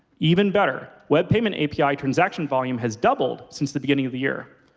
even better, web payment api transaction volume has doubled since the beginning of the year.